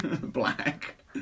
Black